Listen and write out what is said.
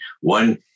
One